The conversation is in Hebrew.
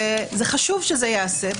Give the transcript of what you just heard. וחשוב שזה ייעשה,